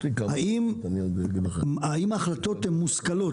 האם ההחלטות מושכלות?